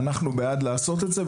אנחנו בעד לעשות את זה.